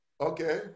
Okay